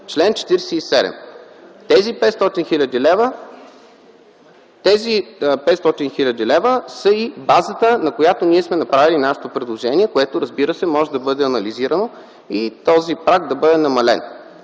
ДОБРЕВ: Тези 500 хил. лв. са и базата, на която ние сме направили нашето предложение, което, разбира се, може да бъде анализирано и този праг да бъде намален.